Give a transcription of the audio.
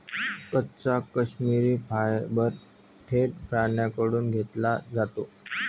कच्चा काश्मिरी फायबर थेट प्राण्यांकडून घेतला जातो